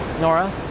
Nora